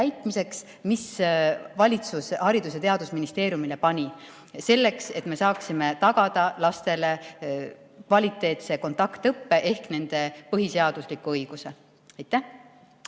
mille valitsus Haridus- ja Teadusministeeriumile pani, selleks et me saaksime tagada lastele kvaliteetse kontaktõppe ehk nende põhiseadusliku õiguse. Aitäh!